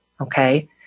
okay